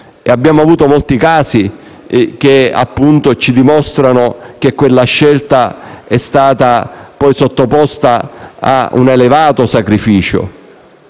abbiamo avuto molti casi che ci mostrano che quella scelta è stata sottoposta poi ad un elevato sacrificio).